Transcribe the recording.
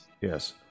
Yes